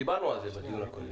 דיברנו על זה בדיון הקודם.